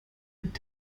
mit